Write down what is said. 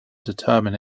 determine